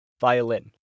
violin